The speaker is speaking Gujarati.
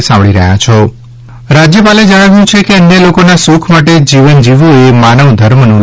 રાજ્યપાલ રાજ્યપાલે જણાવ્યું છે કે અન્ય લોકોના સુખ માટે જીવન જીવવું એ માનવધર્મનું લક્ષ્ય છે